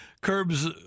Curbs